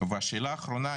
והשאלה האחרונה,